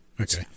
Okay